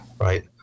right